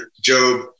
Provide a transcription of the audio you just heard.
Job